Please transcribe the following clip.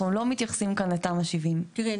אנחנו לא מייחסים כאן לתמ"א 70. תראי,